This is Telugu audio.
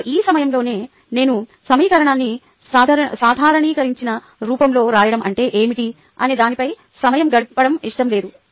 ఇప్పుడు ఈ సమయంలో నేను సమీకరణాన్ని సాధారణీకరించిన రూపంలో రాయడం అంటే ఏమిటి అనే దానిపై సమయం గడపడం ఇష్టం లేదు